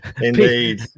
Indeed